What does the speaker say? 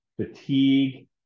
fatigue